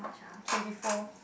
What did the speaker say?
twenty four